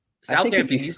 Southampton